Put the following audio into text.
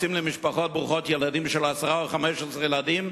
רוצים שמשפחות ברוכות ילדים של עשרה או 15 ילדים,